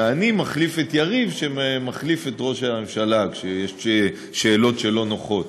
ואני מחליף את יריב שמחליף את ראש הממשלה כשיש שאלות שהן לא נוחות.